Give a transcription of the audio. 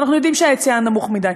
ואנחנו יודעים שההיצע נמוך מדי.